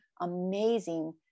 amazing